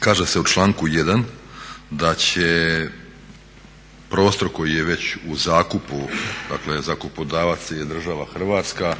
kaže se u članku 1. da će prostor koji je već u zakupu, dakle zakupodavac je država Hrvatska,